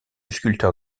sculpteur